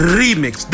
remix